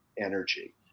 energy